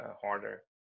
harder